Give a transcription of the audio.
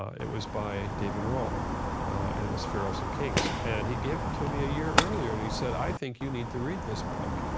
it was by david rohl and it was pharaohs and kings and he gave it to me a year earlier and he said, i think you need to read this book.